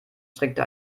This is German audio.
strickte